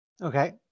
okay